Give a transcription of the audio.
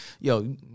Yo